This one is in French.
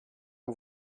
aux